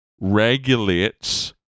regulates